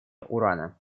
урана